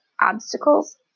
obstacles